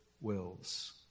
wills